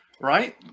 right